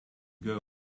ago